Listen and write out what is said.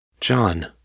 John